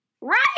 Right